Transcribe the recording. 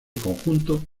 conjunto